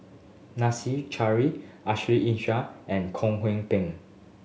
Nadasen Chandra Ashley Isham and Kwek Hong Png